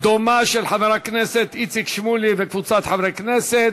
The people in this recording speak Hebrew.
דומה של חבר הכנסת איציק שמולי וקבוצת חברי הכנסת.